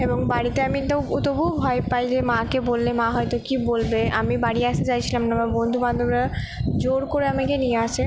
এবং বাড়িতে আমি তো তবু ভয় পাইলে মাকে বললে মা হয়তো কি বলবে আমি বাড়ি আসতে চাইছিলাম না আমার বন্ধু বান্ধবরা জোর করে আমাকে নিয়ে আসে